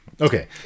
Okay